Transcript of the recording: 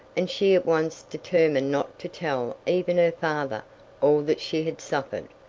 and she at once determined not to tell even her father all that she had suffered.